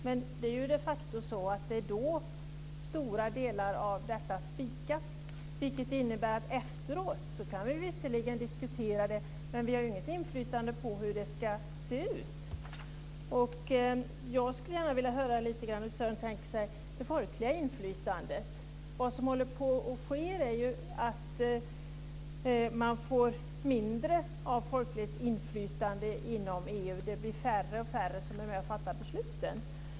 Men det är ju de facto så att det är då som stora delar av detta spikas, vilket innebär att vi efteråt visserligen kan diskutera det, men vi har ju inget inflytande på hur det ska se ut. Jag skulle gärna vilja höra lite grann om hur Sören Lekberg tänker sig det folkliga inflytandet. Vad som håller på att ske är ju att man får mindre av folkligt inflytande inom EU. Det blir färre och färre som är med och fattar besluten.